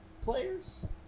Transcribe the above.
players